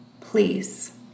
please